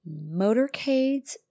Motorcades